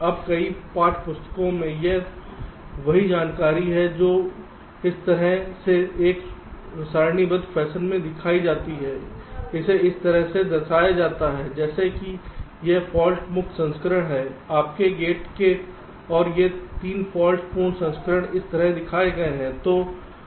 अब कई पाठ्य पुस्तकों में यह वही जानकारी है जो इस तरह से एक सारणीबद्ध फैशन में दिखाई जाती है इसे इस तरह से दर्शाया जाता है जैसे कि यह फाल्ट मुक्त संस्करण है आपके गेट के और ये 3 फाल्ट पूर्ण संस्करण इस तरह दिखाए गए हैं